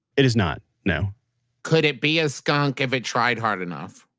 it is not, no could it be a skunk if it tried hard enough?